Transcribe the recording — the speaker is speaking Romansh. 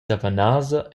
tavanasa